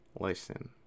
listen